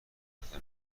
پاتر